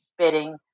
spitting